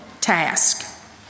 task